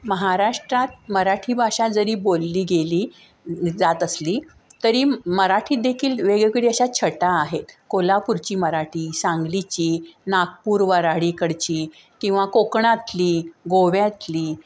महाराष्ट्रात मराठी भाषा जरी बोलली गेली जात असली तरी मराठीत देखील वेगवेगळी अशा छटा आहेत कोल्हापूरची मराठी सांगलीची नागपूर वऱ्हाडीकडची किंवा कोकणातली गोव्यातली